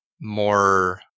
more